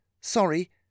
Sorry